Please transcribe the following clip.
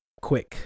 quick